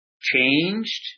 changed